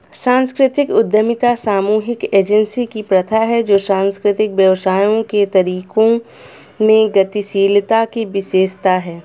सांस्कृतिक उद्यमिता सामूहिक एजेंसी की प्रथा है जो सांस्कृतिक व्यवसायों के तरीकों में गतिशीलता की विशेषता है